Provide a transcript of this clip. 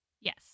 Yes